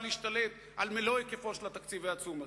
להשתלט על מלוא היקפו של התקציב העצום הזה.